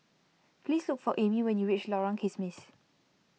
please look for Amie when you reach Lorong Kismis